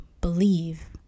believe